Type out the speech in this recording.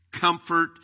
comfort